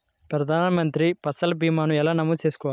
ప్రధాన మంత్రి పసల్ భీమాను ఎలా నమోదు చేసుకోవాలి?